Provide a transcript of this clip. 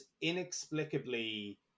inexplicably